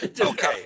Okay